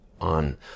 on